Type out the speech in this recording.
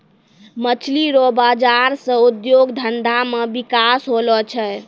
मछली रो बाजार से उद्योग धंधा मे बिकास होलो छै